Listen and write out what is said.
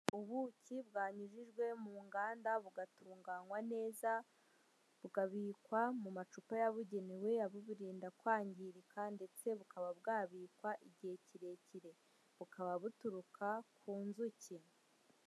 Ubuki bwanyujijwe mu nganda bugatunganywa neza, bukabikwa mu macupa yabugenewe aburinda kwangirika ndetse bukaba bwabikwa igihe kirekire, bukaba buturuka ku nzuki.